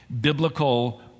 biblical